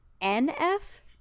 N-F